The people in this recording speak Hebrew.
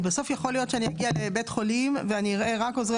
בסוף יכול להיות שאני אגיד לבית חולים ואראה רק עוזרי